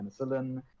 penicillin